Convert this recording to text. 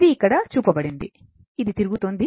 ఇది ఇక్కడ చూపబడింది ఇది తిరుగుతోంది